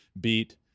beat –